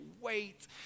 wait